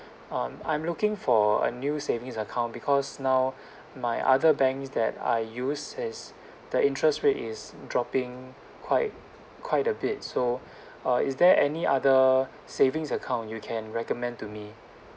um I'm looking for a new savings account because now my other banks that I use is the interest rate is dropping quite quite a bit so uh is there any other savings account you can recommend to me